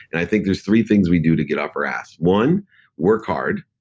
and i think there's three things we do to get off our ass one work hard,